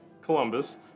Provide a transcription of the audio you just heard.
Columbus